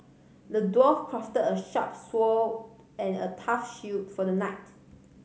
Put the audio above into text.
the dwarf crafted a sharp sword and a tough shield for the knight